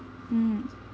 mm